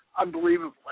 unbelievable